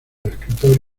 escritor